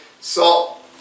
Salt